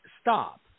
stop